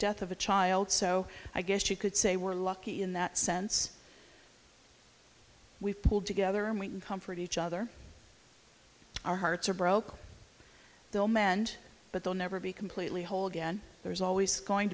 death of a child so i guess you could say we're lucky in that sense we've pulled together and we can comfort each other our hearts are broken they'll mend but they'll never be completely whole again there's always going